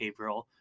behavioral